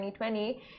2020